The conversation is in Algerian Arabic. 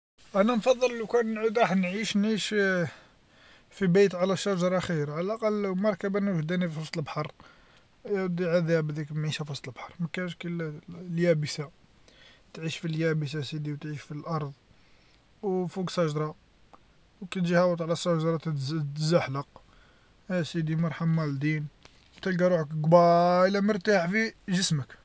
أنا نفضل لو كان نعود راح نعيش نعيش في بيت على شجره خير على الأقل وحدي في وسط البحر يا ودي عذاب ذيك المعيشة في وسط البحر ما كاينش كي اليابسة تعيش في اليابسة ا سيدي وتعيش في الأرض وفوق سجره وكي تجي هابط على شجره تتزحلق اسيدي الله يرحم والدين تلقى روحك قبايله مرتاح في جسمك.